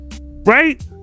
right